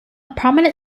prominent